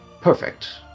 Perfect